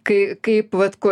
kai kaip vat kuo